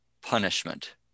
punishment